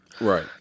right